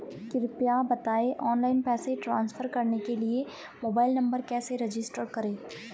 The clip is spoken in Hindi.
कृपया बताएं ऑनलाइन पैसे ट्रांसफर करने के लिए मोबाइल नंबर कैसे रजिस्टर करें?